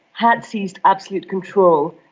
had seized absolute control.